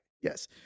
Yes